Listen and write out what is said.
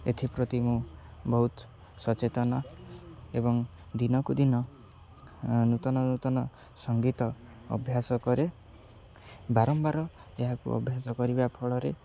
ଏଥିପ୍ରତି ମୁଁ ବହୁତ ସଚେତନ ଏବଂ ଦିନକୁ ଦିନ ନୂତନ ନୂତନ ସଙ୍ଗୀତ ଅଭ୍ୟାସ କରେ ବାରମ୍ବାର ଏହାକୁ ଅଭ୍ୟାସ କରିବା ଫଳରେ